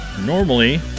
Normally